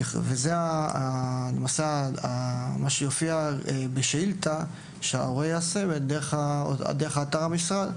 מה שיופיע בשאילתה, שההורה יעשה דרך אתר המשרד,